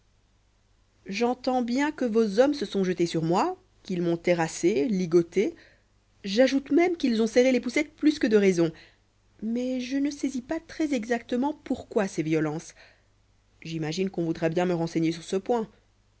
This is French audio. j'entends bien que vos hommes se sont jetés sur moi qu'ils m'ont terrassé ligoté j'ajoute même qu'ils ont serré les poucettes plus que de raison mais je ne saisis pas très exactement pourquoi ces violences j'imagine qu'on voudra bien me renseigner sur ce point